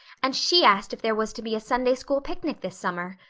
and she asked if there was to be a sunday-school picnic this summer.